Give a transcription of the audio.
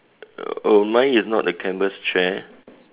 oh mine is not a canvas chair